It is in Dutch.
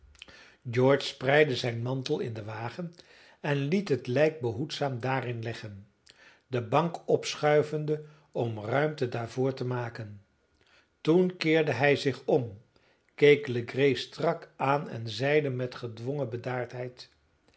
george spreidde zijn mantel in den wagen en liet het lijk behoedzaam daarin leggen de bank opschuivende om ruimte daarvoor te maken toen keerde hij zich om keek legree strak aan en zeide met gedwongen bedaardheid